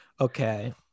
Okay